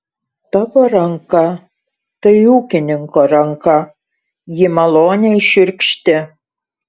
tavo ranka tai ūkininko ranka ji maloniai šiurkšti